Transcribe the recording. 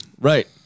Right